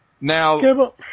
Now